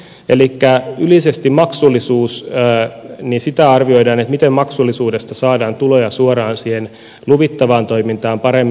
elikkä yleisesti arvioidaan sitä miten maksullisuudesta saadaan tuloja suoraan siihen luvittavaan toimintaan paremmin